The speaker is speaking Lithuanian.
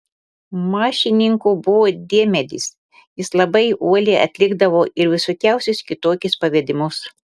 mašininku buvo diemedis jis labai uoliai atlikdavo ir visokiausius kitokius pavedimus